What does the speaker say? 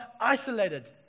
isolated